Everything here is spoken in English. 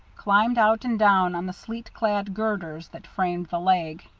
climbed out and down on the sleet-clad girders that framed the leg.